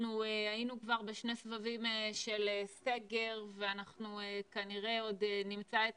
אנחנו היינו כבר בשני סבבים של סגר ואנחנו כנראה עוד נמצא את